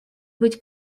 быть